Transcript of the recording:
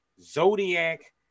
zodiac